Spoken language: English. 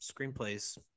screenplays